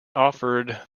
offered